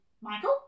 Michael